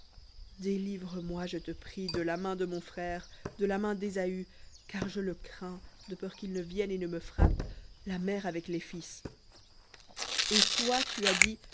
délivre moi je te prie de la main de mon frère de la main d'ésaü car je le crains de peur qu'il ne vienne et ne me frappe la mère avec les fils et toi tu as dit